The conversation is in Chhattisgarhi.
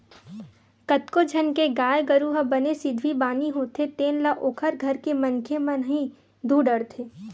कतको झन के गाय गरु ह बने सिधवी बानी होथे तेन ल ओखर घर के मनखे मन ह ही दूह डरथे